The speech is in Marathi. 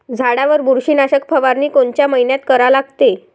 झाडावर बुरशीनाशक फवारनी कोनच्या मइन्यात करा लागते?